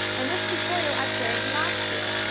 and this tutorial i created last year.